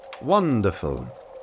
Wonderful